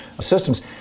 systems